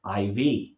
IV